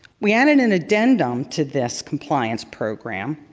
we added an addendum to this compliance program